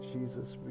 Jesus